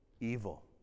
evil